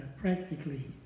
practically